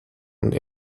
und